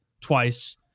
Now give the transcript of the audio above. twice